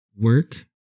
work